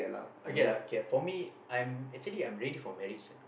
okay lah okay lah for me I'm actually I'm ready for marriage lah